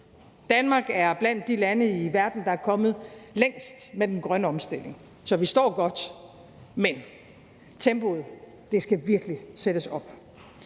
Danmark er blandt de lande i verden, der er kommet længst med den grønne omstilling, så vi står godt. Men tempoet skal virkelig sættes op.